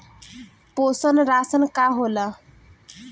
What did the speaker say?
पोषण राशन का होला?